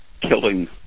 killing